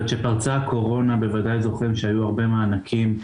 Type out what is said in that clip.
כשפרצה הקורונה, בוודאי זוכרים שהיו הרבה מענקים.